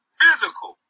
physical